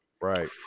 right